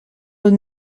will